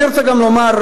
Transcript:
אני רוצה גם לומר,